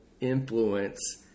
influence